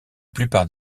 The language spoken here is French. plupart